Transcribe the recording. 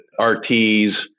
RTs